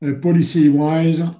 policy-wise